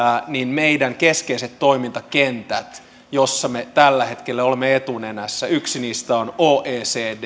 meidän keskeisistä toimintakentistämme joissa me tällä hetkellä olemme etunenässä yksi on oecd